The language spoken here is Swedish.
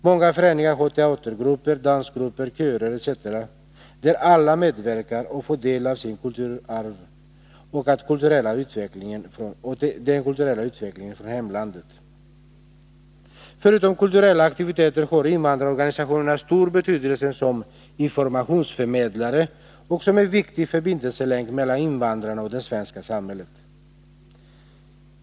Många föreningar har teatergrupper, dansgrupper, körer etc., där alla medverkar och får del av sitt kulturarv och av den kulturella utvecklingen från hemlandet. Förutom kulturella aktiviteter har invandrarorganisationerna stor betydelse som informationsförmedlare och som en viktig förbindelselänk mellan invandrarna och det svenska samhället.